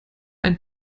ein